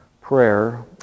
prayer